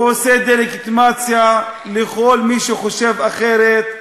הוא עושה דה-לגיטימציה לכל מי שחושב אחרת,